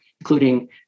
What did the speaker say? including